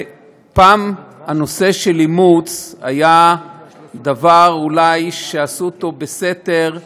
פעם הנושא של אימוץ היה דבר שאולי עשו אותו בסתר,